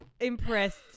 impressed